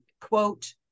quote